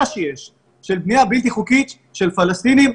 שיש לבנייה בלתי חוקית של פלסטינים,